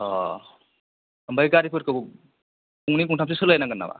अ ओमफाय गारिफोरखौ गंनै गंथामसो सोलायनांगोन नामा